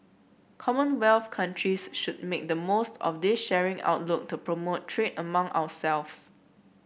commonwealth countries should make the most of this shared outlook to promote trade among ourselves